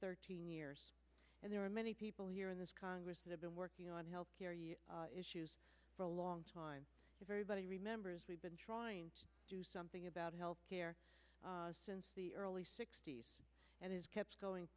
thirteen years and there are many people here in this congress who have been working on health issues for a long time very body remembers we've been trying to do something about health care since the early sixty's and has kept going